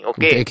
Okay